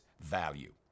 value